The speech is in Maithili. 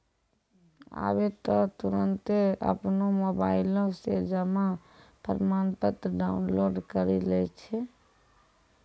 आबै त तुरन्ते अपनो मोबाइलो से जमा प्रमाणपत्र डाउनलोड करि लै छै